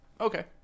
Okay